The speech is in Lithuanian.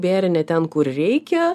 bėrė ne ten kur reikia